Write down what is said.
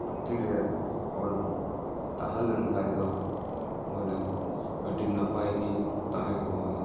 ᱯᱩᱛᱷᱤᱨᱮ ᱚᱞ ᱛᱟᱦᱮᱸ ᱞᱮᱱᱠᱷᱟᱡ ᱫᱚ ᱵᱚᱞᱮ ᱟᱰᱤ ᱱᱟᱯᱟᱭ ᱜᱮ ᱛᱟᱦᱮᱸ ᱠᱚᱜᱼᱟ